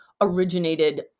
originated